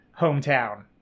hometown